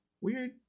weird